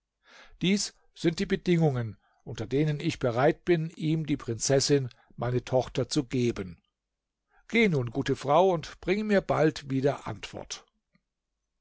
dies sind die bedingungen unter denen ich bereit bin ihm die prinzessin meine tochter zu geben geh nun gute frau und bring mir bald wieder antwort